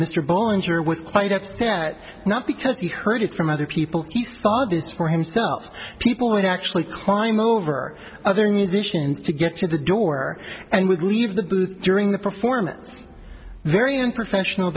was quite upset not because he heard it from other people he saw this for himself people would actually climb over other musicians to get to the door and would leave the booth during the performance very unprofessional